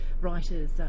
writers